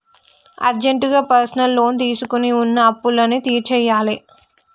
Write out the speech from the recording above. అర్జెంటుగా personal loan తీసుకొని వున్న అప్పులన్నీ తీర్చేయ్యాలే